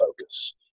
focus